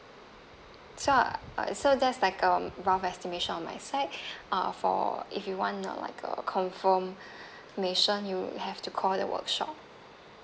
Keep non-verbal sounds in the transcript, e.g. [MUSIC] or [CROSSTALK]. so uh so that's like a um rough estimation on my side [BREATH] uh for if you want a like a confirmation you have to call the workshop